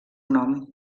nom